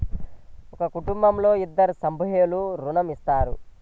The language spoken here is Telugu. ఒక కుటుంబంలో ఇద్దరు సభ్యులకు ఋణం ఇస్తారా?